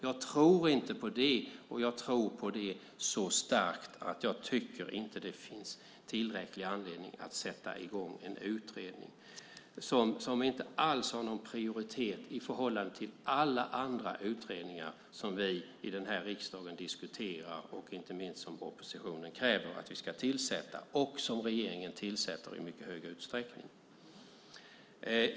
Jag tror inte på det, och jag tror detta så starkt att jag inte tycker att det finns tillräcklig anledning att sätta i gång en utredning som inte alls har någon prioritet i förhållande till alla andra utredningar som vi i den här riksdagen diskuterar, som inte minst oppositionen kräver att vi ska tillsätta och som regeringen tillsätter i mycket stor utsträckning.